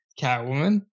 Catwoman